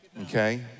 Okay